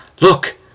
Look